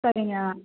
சரிங்க